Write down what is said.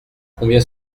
combien